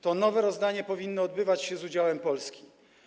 To nowe rozdanie powinno odbywać się z udziałem Polski.